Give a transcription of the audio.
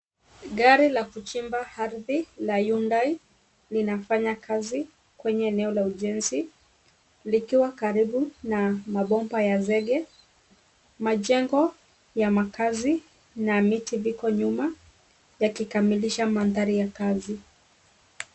Gari la kuchimba ardhi la yundai , linafanya kazi kwenye eneo la ujenzi, likiwa karibu na mabomba ya zege. Majengo ya makazi na miti viko nyuma, ikikamilisha mandhari ya kazi.